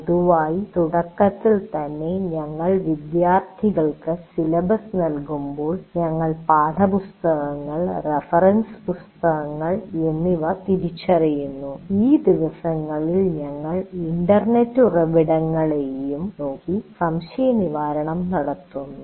പൊതുവായി തുടക്കത്തിൽ തന്നെ ഞങ്ങൾ വിദ്യാർത്ഥികൾക്ക് സിലബസ് നൽകുമ്പോൾ ഞങ്ങൾ പാഠപുസ്തകങ്ങൾ റഫറൻസ് പുസ്തകങ്ങൾ എന്നിവ തിരിച്ചറിയുന്നു ഈ ദിവസങ്ങളിൽ ഞങ്ങൾ ഇന്റർനെറ്റ് ഉറവിടങ്ങളെയും നോക്കി സംശയനിവാരണം നടത്തുന്നു